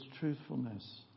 truthfulness